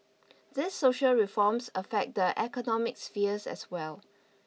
these social reforms affect the economic spheres as well